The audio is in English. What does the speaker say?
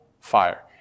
fire